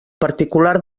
particular